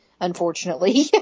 unfortunately